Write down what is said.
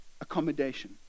accommodation